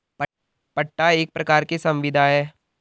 पट्टा एक प्रकार की संविदा है